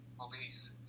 police